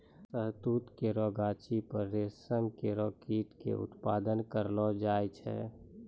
शहतूत केरो गाछी पर रेशम केरो कीट क उत्पादन करलो जाय छै